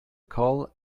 call